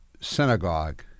synagogue